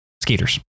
skaters